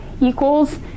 equals